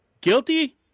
Guilty